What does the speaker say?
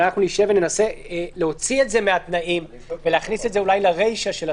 אנחנו נשב וננסה להוציא את זה מהתנאים ולהכניס את זה לרישא של הסעיף.